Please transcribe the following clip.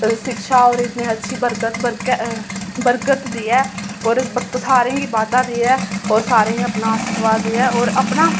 शिक्षा हो इन्नी अच्छी बरकत देऐ होर वक्त सारें गी बाद्धा देऐ होर सारें गी अपना आशीवार्द देऐ होर